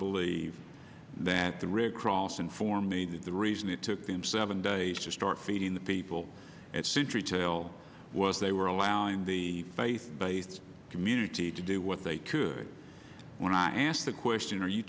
believe that the red cross information is the reason it took them seven days to start feeding the people at century tale was they were allowing the faith based community to do what they could when i asked the question are you